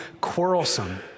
quarrelsome